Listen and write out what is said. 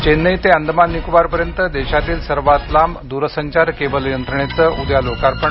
चेन्नई ते अंदमान निकोबारपर्यंत देशातील सर्वात लांब द्रसंचार केबल यंत्रणेचं उद्या लोकार्पण